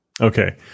Okay